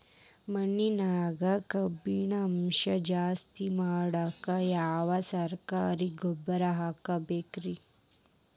ಮಣ್ಣಿನ್ಯಾಗ ಕಬ್ಬಿಣಾಂಶ ಜಾಸ್ತಿ ಮಾಡಾಕ ಯಾವ ಸರಕಾರಿ ಗೊಬ್ಬರ ಹಾಕಬೇಕು ರಿ?